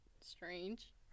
strange